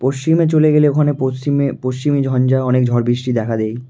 পশ্চিমে চলে গেলে ওখানে পশ্চিমে পশ্চিমি ঝঞ্ঝায় অনেক ঝড় বৃষ্টি দেখা দেয়